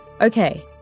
Okay